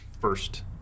first